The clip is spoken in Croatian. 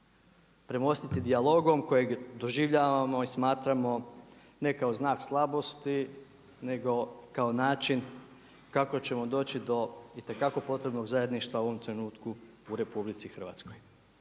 premostiti dijalogom kojeg doživljavamo i smatramo ne kao znak slabosti, nego kao način kako ćemo doći do itekako potrebnog zajedništva u ovom trenutku u RH. Tako